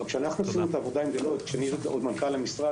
כאשר הייתי מנכ"ל המשרד